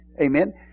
Amen